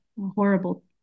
horrible